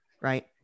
right